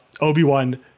obi-wan